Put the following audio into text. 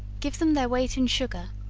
give them their weight in sugar,